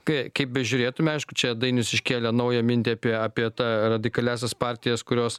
kai kaip bežiūrėtume aišku čia dainius iškėlė naują mintį apie apie tą radikaliąsias partijas kurios